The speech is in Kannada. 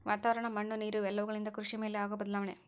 ವಾತಾವರಣ, ಮಣ್ಣು ನೇರು ಇವೆಲ್ಲವುಗಳಿಂದ ಕೃಷಿ ಮೇಲೆ ಆಗು ಬದಲಾವಣೆ